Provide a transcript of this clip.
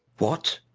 what?